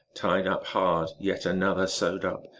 tied up hard, yet another sewed up,